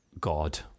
God